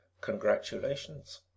congratulations